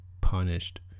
punished